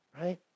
right